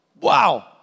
Wow